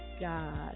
God